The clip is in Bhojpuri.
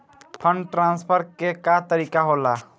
फंडट्रांसफर के का तरीका होला?